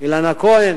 אילנה כהן,